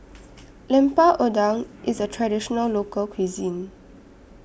Lemper Udang IS A Traditional Local Cuisine